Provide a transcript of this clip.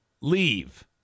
leave